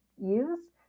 use